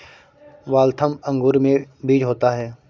Waltham अंगूर में बीज होता है